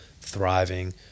thriving